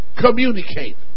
communicate